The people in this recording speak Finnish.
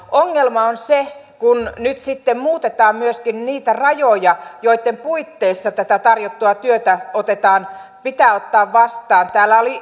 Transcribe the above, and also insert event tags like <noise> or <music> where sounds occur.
<unintelligible> ongelma on se kun nyt sitten muutetaan myöskin niitä rajoja joitten puitteissa tätä tarjottua työtä pitää ottaa vastaan täällä oli